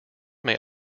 may